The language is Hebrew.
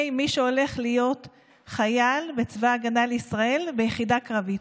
מי שהולך להיות חייל בצבא ההגנה לישראל ביחידה קרבית.